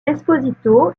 esposito